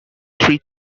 three